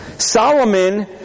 Solomon